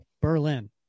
Berlin